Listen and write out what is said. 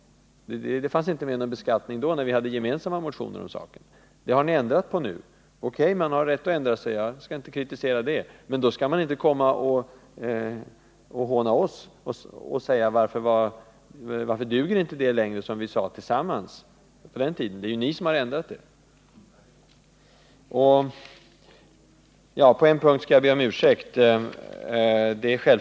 Det fanns inte med någon beskattning när vi väckte gemensamma motioner om saken — ni har ändrat på det nu. O. K., man har rätt att ändra sig, jag skall inte kritisera det. Men ni skall inte håna oss och fråga varför det som vi på den tiden sade tillsammans inte längre duger. Det är ju ni som har ändrat er. På en punkt skall jag be om ursäkt.